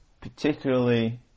particularly